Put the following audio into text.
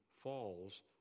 falls